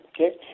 okay